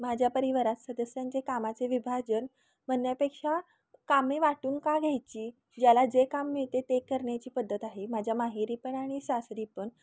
माझ्या परिवारात सदस्यांचे कामाचे विभाजन म्हणण्यापेक्षा कामे वाटून का घ्यायची ज्याला जे काम मिळते ते करण्याची पद्धत आहे माझ्या माहेरीपण आणि सासरीपण